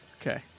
Okay